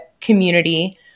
community